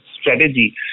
strategy